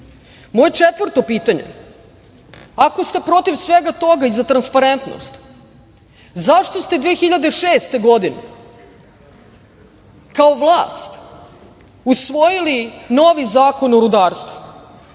četvrto pitanje - ako ste protiv svega toga i za transparentnost, zašto ste 2006. godine kao vlast usvojili novi Zakon o rudarstvu,